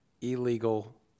illegal